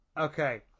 Okay